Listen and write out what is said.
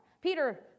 Peter